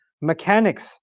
mechanics